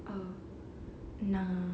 oh nah